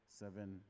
seven